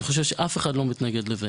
אני חושב שאף אחד לא מתנגד לזה,